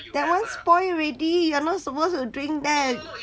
that one spoil already you're not supposed to drink that